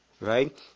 right